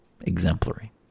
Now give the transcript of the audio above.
Exemplary